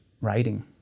writing